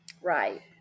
Right